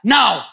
Now